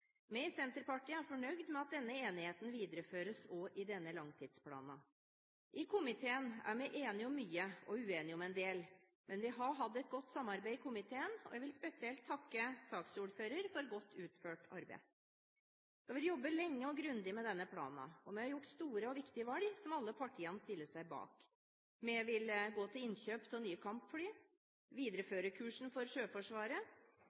Vi i Senterpartiet er fornøyde med at denne enigheten videreføres også i denne langtidsplanen. I komiteen er vi enige om mye og uenige om en del, men vi har hatt et godt samarbeid i komiteen, og jeg vil spesielt takke saksordføreren for et godt utført arbeid. Det har vært jobbet lenge og grundig med denne planen, og vi har gjort store og viktige valg, som alle partiene stiller seg bak: Vi vil gå til innkjøp av nye kampfly. Vi viderefører kursen for Sjøforsvaret.